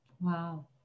Wow